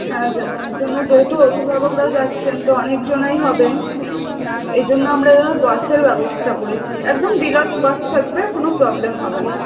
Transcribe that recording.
হ্যাঁ যার জন্য যেহেতু অভিভাবকরাও যাচ্ছেন তো অনেকজনই হবেন এই জন্য আমরা এবার বাসের ব্যবস্থা করেছি একদম ডিলাক্স বাস থাকবে কোনো প্রবলেম হবে না